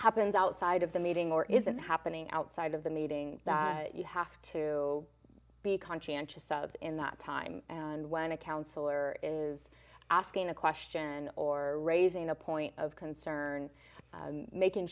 happens outside of the meeting or isn't happening outside of the meeting that you have to be conscientious of in that time and when a counselor is asking a question or raising a point of concern making